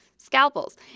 Scalpels